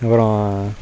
அப்புறம்